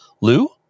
Lou